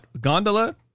gondola